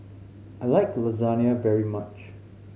I like Lasagne very much